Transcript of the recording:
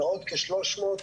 ועוד כ-300,